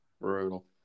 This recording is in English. Brutal